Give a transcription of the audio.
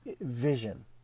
Vision